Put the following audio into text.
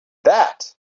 that